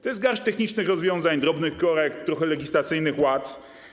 To jest garść technicznych rozwiązań, drobnych korekt, trochę legislacyjnych łat.